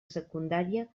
secundària